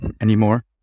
anymore